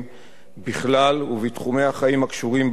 בכלל ובתחומי החיים הקשורים באובדן,